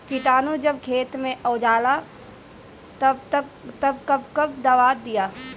किटानु जब खेत मे होजाला तब कब कब दावा दिया?